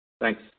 Thanks